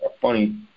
funny